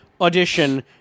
audition